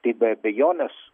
tai be abejonės